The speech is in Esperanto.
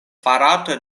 farata